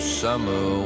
summer